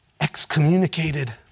excommunicated